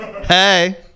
Hey